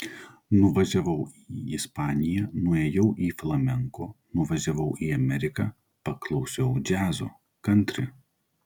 nuvažiavau į ispaniją nuėjau į flamenko nuvažiavau į ameriką paklausiau džiazo kantri